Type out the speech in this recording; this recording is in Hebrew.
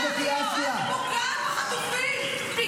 את פוגעת בחטופים.